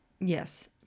Yes